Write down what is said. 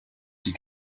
die